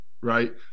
right